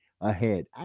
ahead